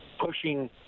pushing